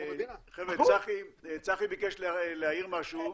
צחי ביקש להעיר משהו.